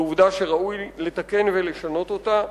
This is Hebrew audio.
זו עובדה שראוי לתקן ולשנות אותה.